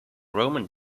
roman